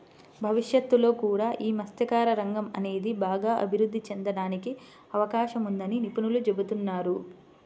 భవిష్యత్తులో కూడా యీ మత్స్యకార రంగం అనేది బాగా అభిరుద్ధి చెందడానికి అవకాశం ఉందని నిపుణులు చెబుతున్నారు